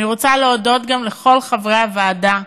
אני רוצה להודות גם לכל חברי הוועדה,